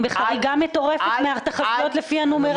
הם בחריגה מטורפת מהתחזיות לפי הנומרטור.